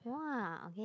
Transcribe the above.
!wah! okay